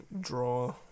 draw